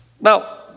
Now